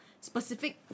specific